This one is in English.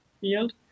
field